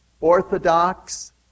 Orthodox